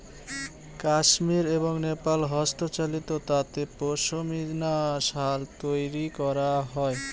কাশ্মির এবং নেপালে হস্তচালিত তাঁতে পশমিনা শাল তৈরী করা হয়